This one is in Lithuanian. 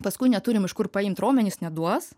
paskui neturim iš kur paimt raumenys neduos